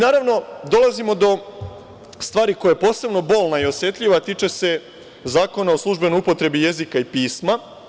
Naravno, dolazimo do stvari koja je posebno bolna i osetljiva, a tiče se Zakona o službenoj upotrebi jezika i pisma.